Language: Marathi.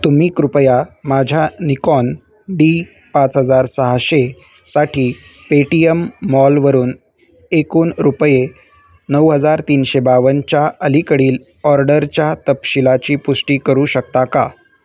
तुम्ही कृपया माझ्या निकॉन डी पाच हजार सहाशेसाठी पेटीयम मॉलवरून एकूण रुपये नऊ हजार तीनशे बावन्नच्या अलीकडील ऑर्डरच्या तपशीलाची पुष्टी करू शकता का